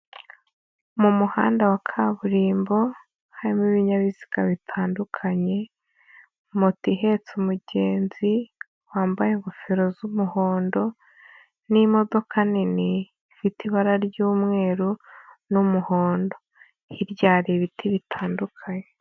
Mu muhanda wa kaburimbo, harimo ibinyabiziga bitandukanye, moto ihetse umugenzi wambaye ingofero z'umuhondo n'imodoka nini ifite ibara ry'umweru n'umuhondo, hirya hari ibiti bitandukanye.